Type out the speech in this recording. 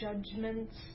judgments